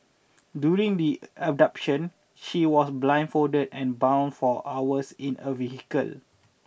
during the abduction he was blindfolded and bound for hours in a vehicle